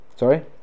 sorry